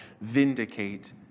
vindicate